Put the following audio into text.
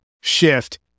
shift